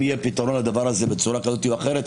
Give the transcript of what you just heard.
אם יהיה פתרון לדבר הזה בצורה כזאת או אחרת,